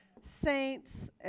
saints